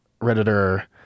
redditor